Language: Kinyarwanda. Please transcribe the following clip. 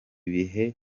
bihe